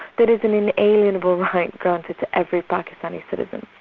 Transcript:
that is an inalienable right granted to every pakistani citizen.